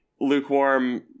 lukewarm